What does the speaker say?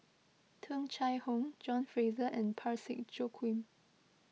Tung Chye Hong John Fraser and Parsick Joaquim